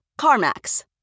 CarMax